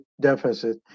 deficit